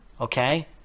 okay